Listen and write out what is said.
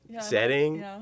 setting